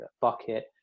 bucket